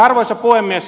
arvoisa puhemies